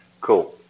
Cool